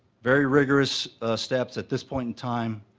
very rigorous steps at this point in time,